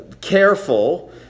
careful